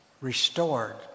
restored